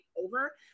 over